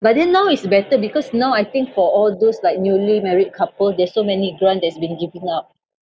but then now is better because now I think for all those like newly married couple there's so many grant that's been giving out